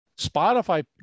Spotify